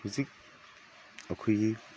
ꯍꯧꯖꯤꯛ ꯑꯩꯈꯣꯏꯒꯤ